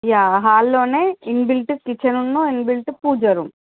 yeah హాల్లోనే inbuilt kitchen న్నునుఇన్బిల్ట్ pooja room